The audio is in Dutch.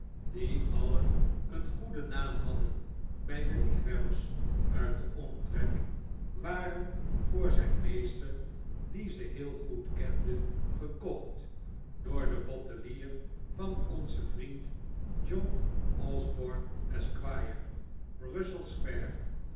die alle een goeden naam hadden bij de liefhebbers uit den omtrek waren voor zijn meester die ze heel goed kende gekocht door den bottelier van onzen vriend john osborne esquire russell